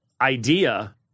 idea